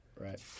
Right